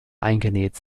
eingenäht